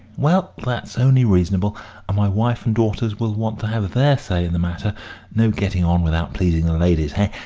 well, that's only reasonable and my wife and daughters will want to have their say in the matter no getting on without pleasing the ladies, hey?